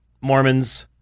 Mormons